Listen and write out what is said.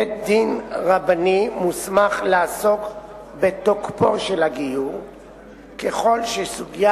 בית-דין רבני מוסמך לעסוק בתוקפו של הגיור ככל שסוגיה